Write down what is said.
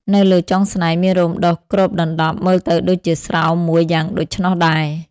នៅលើចុងស្នែងមានរោមដុះគ្របដណ្ដប់មើលទៅដូចជាស្រោមមួយយ៉ាងដូច្នោះដែរ។